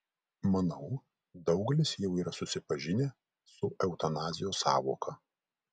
manau daugelis jau yra susipažinę su eutanazijos sąvoka